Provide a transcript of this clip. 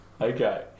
Okay